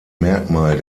merkmal